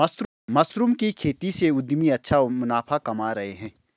mushroom की खेती से उद्यमी अच्छा मुनाफा कमा रहे हैं